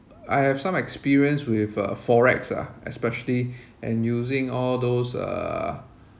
I have some experience with uh forex ah especially and using all those uh